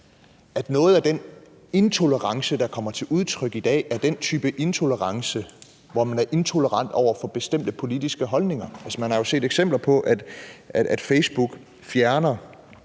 at noget af den intolerance, der kommer til udtryk i dag, er den type intolerance, hvor man er intolerant over for bestemte politiske holdninger. Man har jo set eksempler på, at Facebook fjerner